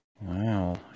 Wow